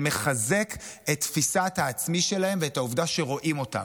זה מחזק את תפיסת העצמי שלהם ואת העובדה שרואים אותם.